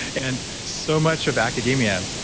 and so much of academia,